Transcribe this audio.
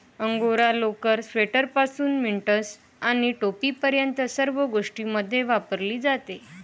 angora लोकर, स्वेटरपासून mittens आणि टोपीपर्यंत सर्व गोष्टींमध्ये वापरली जाते